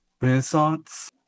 Renaissance